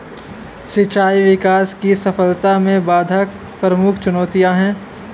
सिंचाई विकास की सफलता में बाधक प्रमुख चुनौतियाँ है